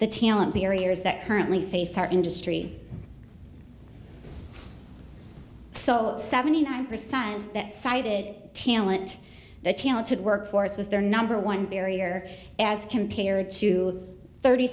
the talent barriers that currently face our industry so seventy nine percent that cited talent the talented workforce was their number one barrier as compared to thirty